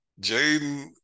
Jaden